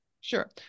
Sure